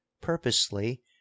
purposely